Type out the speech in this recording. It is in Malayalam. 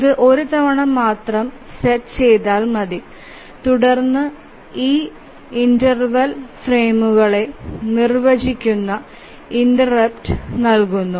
ഇത് ഒരുതവണ മാത്രം സെറ്റ് ചെയ്താൽ മതി തുടർന്ന് ഈ ഇന്റർവെൽ ഫ്രെയിമുകളെ നിർവചിക്കുന്ന ഇന്റെര്പ്റ്സ് നൽകുന്നു